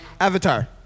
Avatar